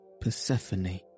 Persephone